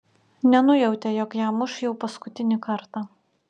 nenujautė jog ją muš jau paskutinį kartą